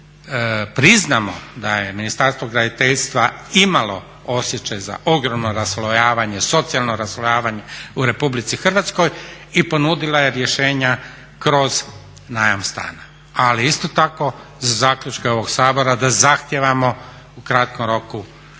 priznamo da je Ministarstvo graditeljstva imalo osjećaj za ogromno raslojavanje, socijalno raslojavanje u Republici Hrvatskoj i ponudila je rješenja kroz najam stana. Ali isto tako za zaključke ovog Sabora da zahtjevamo u kratkom roku